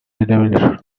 edebilir